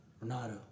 Renato